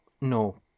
no